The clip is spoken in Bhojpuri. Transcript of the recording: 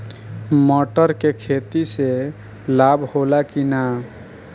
मटर के खेती से लाभ होला कि न?